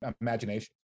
imagination